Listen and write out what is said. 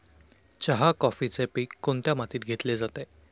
चहा, कॉफीचे पीक कोणत्या मातीत घेतले जाते?